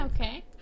Okay